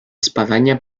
espadaña